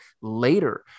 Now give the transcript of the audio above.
later